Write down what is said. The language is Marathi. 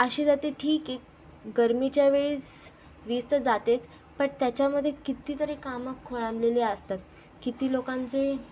अशी जाते ठीक आहे गर्मीच्या वेळेस वीज तर जातेच पण तेच्यामध्ये कित्तीतरी कामं खोळांबलेली असतात किती लोकांचे